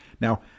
Now